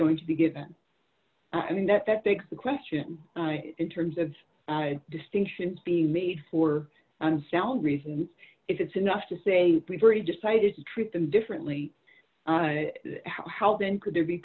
going to be given i mean that that takes the question in terms of distinctions being made for unsound reasons if it's enough to say we've already decided to treat them differently how then could there be